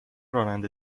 راننده